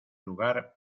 lugar